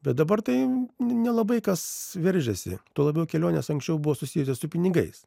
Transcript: bet dabar tai nelabai kas veržiasi tuo labiau kelionės anksčiau buvo susijusios su pinigais